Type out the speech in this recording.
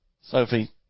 Sophie